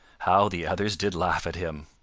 how the others did laugh at him.